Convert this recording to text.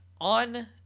on